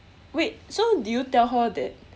wait so did you tell her that